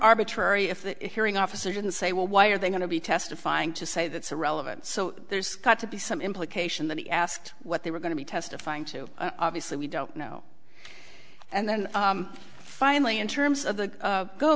arbitrary if the hearing officer didn't say well why are they going to be testifying to say that's irrelevant so there's got to be some implication that he asked what they were going to be testifying to obviously we don't know and then finally in terms of the